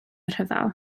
rhyfel